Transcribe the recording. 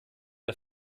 der